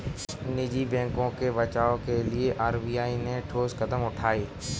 निजी बैंकों के बचाव के लिए आर.बी.आई ने ठोस कदम उठाए